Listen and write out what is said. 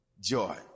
joy